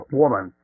woman